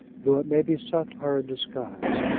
though it may be satire in disguise,